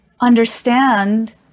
understand